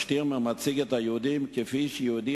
ה"שטירמר" מציג את היהודים כפי שיהודי